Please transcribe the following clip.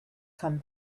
come